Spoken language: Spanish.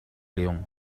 león